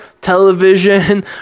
television